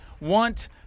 want